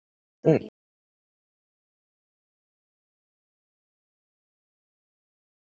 mm